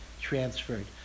transferred